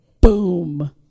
Boom